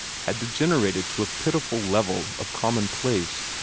had degenerated to a pitiful level of commonplace.